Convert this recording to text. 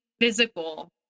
physical